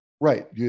Right